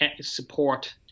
support